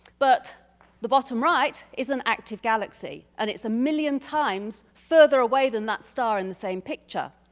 but the bottom right is an active galaxy and it's a million times further away than that star in the same picture.